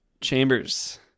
Chambers